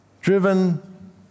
driven